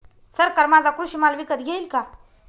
सरकार माझा कृषी माल विकत घेईल का?